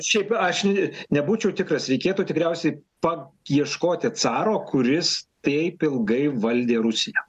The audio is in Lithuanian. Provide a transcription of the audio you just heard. šiaip aš nebūčiau tikras reikėtų tikriausiai paieškoti caro kuris taip ilgai valdė rusiją